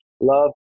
love